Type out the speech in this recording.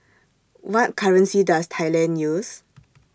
What currency Does Thailand use